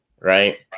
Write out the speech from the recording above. Right